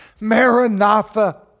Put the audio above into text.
Maranatha